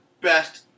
best